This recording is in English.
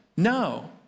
No